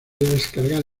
descargar